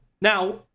Now